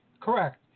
Correct